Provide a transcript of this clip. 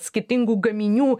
skirtingų gaminių